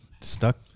Stuck